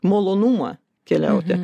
malonumą keliauti